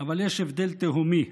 אבל יש הבדל תהומי: